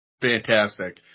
Fantastic